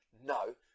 no